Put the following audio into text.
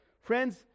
friends